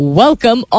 welcome